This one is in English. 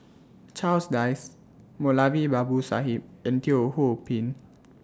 Charles Dyce Moulavi Babu Sahib and Teo Ho Pin